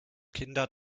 kinder